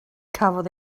cafodd